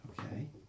Okay